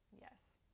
Yes